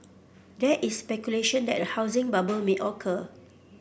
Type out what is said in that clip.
there is speculation that a housing bubble may occur